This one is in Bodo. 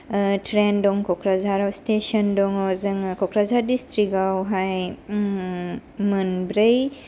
ट्रैन दं क'क्राझार स्टेसन दङ जोङो क'क्राझार दिसत्रिकावहाय ओम मोनब्रै